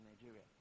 Nigeria